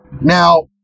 Now